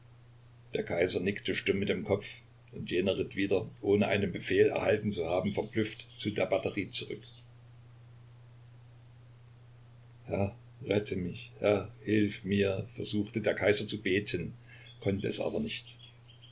der kaiser nickte stumm mit dem kopf und jener ritt wieder ohne einen befehl erhalten zu haben verblüfft zu der batterie zurück herr rette mich herr hilf mir versuchte der kaiser zu beten konnte es aber nicht